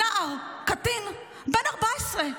נער, קטין, בן 14,